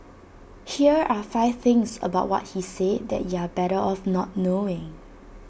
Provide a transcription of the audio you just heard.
here are five things about what he said that you're better off not knowing